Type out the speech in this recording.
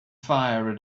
fire